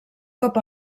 cop